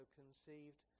conceived